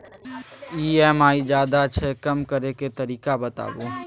EMI ज्यादा छै कम करै के तरीका बताबू?